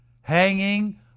hanging